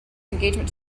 engagement